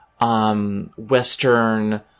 Western